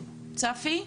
שלום.